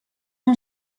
اون